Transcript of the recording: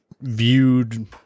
viewed